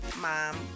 mom